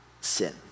sin